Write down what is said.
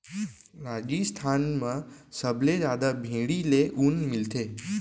राजिस्थान म सबले जादा भेड़ी ले ऊन मिलथे